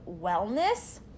Wellness